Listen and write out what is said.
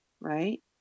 right